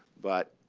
but